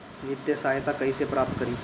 वित्तीय सहायता कइसे प्राप्त करी?